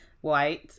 white